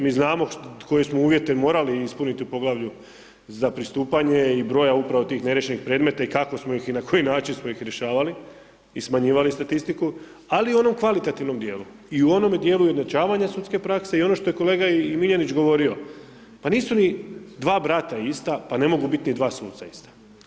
Mi znamo koje smo uvjete morali ispuniti u poglavlje za pristupanje i broja upravo tih neriješenih predmeta i kako smo ih i na koji način smo ih rješavali i smanjivali statistiku, ali i u onom kvalitativnom dijelu i u onome dijelu ujednačavanja sudske prakse i ono što je kolega Miljenić govorio, pa nisu ni dva brata ista, pa ne mogu biti ni dva suca ista.